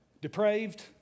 depraved